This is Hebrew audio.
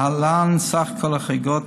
להלן כלל החריגות,